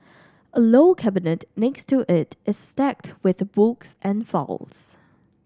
a low cabinet next to it is stacked with books and files